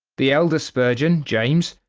the elder spurgeon, james,